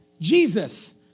Jesus